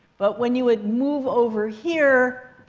but when you would move over here,